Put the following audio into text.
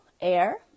air